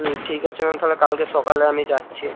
হুম ঠিক আছে ম্যাম তাহলে কালকে সকালে আমি যাচ্ছি